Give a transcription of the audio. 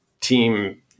team